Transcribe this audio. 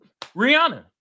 Rihanna